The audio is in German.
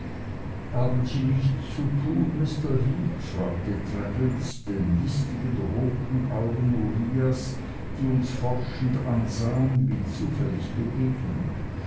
haben sie nichts zu tun mr heep fragte traddles den listigen roten augen uriahs die uns forschend ansahen wie zufällig begegnend